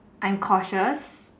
I'm cautious